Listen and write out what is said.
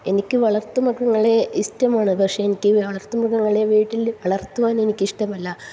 എനിക്ക് വളർത്തുമൃഗങ്ങളെ ഇഷ്ടമാണ് പക്ഷേ എനിക്ക് വളർത്തുമൃഗങ്ങളെ വീട്ടിൽ വളർത്തുവാൻ എനിക്കിഷ്ടമല്ല